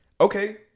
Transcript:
Okay